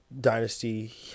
Dynasty